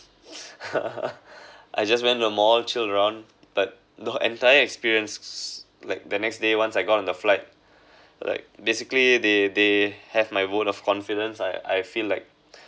I just went to mall chilled around but the entire experiences like the next day once I got in the flight like basically they they have my vote of confidence I I feel like